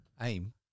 Aim